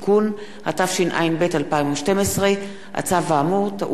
התשע"ב 2012. הצו האמור טעון אישור הכנסת.